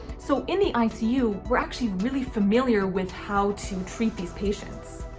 so in the icu, we're actually really familiar with how to treat these patients.